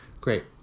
great